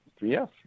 yes